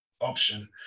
option